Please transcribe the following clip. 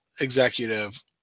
executive